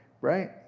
Right